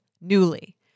Newly